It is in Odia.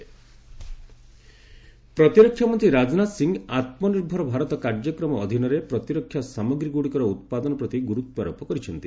ଡିଫେନ୍ସ ପ୍ରଡକସନ୍ ପ୍ରତିରକ୍ଷା ମନ୍ତ୍ରୀ ରାଜନାଥ ସିଂହ ଆତ୍ମନିର୍ଭର ଭାରତ କାର୍ଯ୍ୟକ୍ରମ ଅଧୀନରେ ପ୍ରତିରକ୍ଷା ସାମଗ୍ରୀଗୁଡ଼ିକର ଉତ୍ପାଦନ ପ୍ରତି ଗୁରୁତ୍ୱାରୋପ କରିଛନ୍ତି